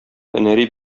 һөнәри